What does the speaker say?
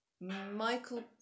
Michael